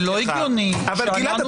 זה לא הגיוני שאנחנו באופוזיציה --- גלעד,